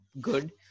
good